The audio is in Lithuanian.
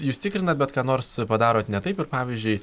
jūs tikrinat bet ką nors padarot ne taip ir pavyzdžiui